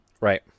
Right